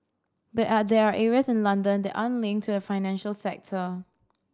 but are there areas in London that aren't linked to a financial sector